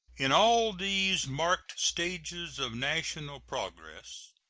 in all these marked stages of national progress,